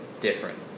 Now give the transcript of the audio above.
different